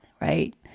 right